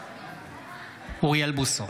בעד אוריאל בוסו,